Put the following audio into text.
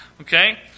Okay